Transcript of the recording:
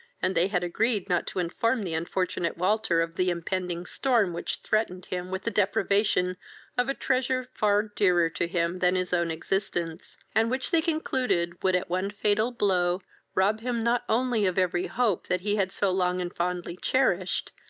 and they had agreed not to inform the unfortunate walter of the impending storm which threatened him with the deprivation of a treasure far dearer to him than his own existence, and which they concluded would at one fatal blow rob him not only of every hope that he had so long and fondly cherished,